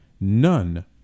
none